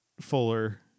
fuller